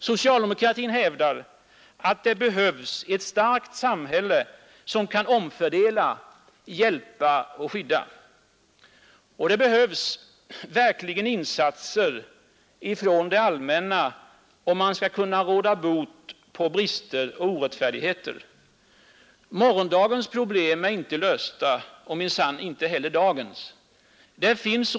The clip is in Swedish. Socialdemokratin hävdar att det behövs ett starkt samhälle som kan omfördela, hjälpa och skydda. Det behövs verkligen insatser från det allmänna om man skall kunna råda bot på brister och orättfärdigheter. Morgondagens problem är inte lösta och minsann inte heller dagens.